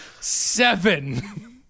Seven